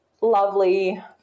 lovely